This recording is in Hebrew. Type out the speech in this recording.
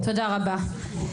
תודה רבה.